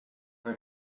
for